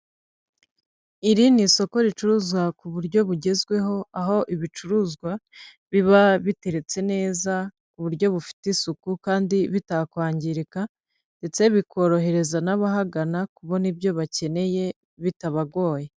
Iri ni isoko ricuruzwa ku buryo bugezweho aho ibicuruzwa biba biteretse neza ku buryo bufite isuku kandi bitakwangirika ndetse bikorohereza n'abahagana kubona ibyo bakeneye bitabagoye.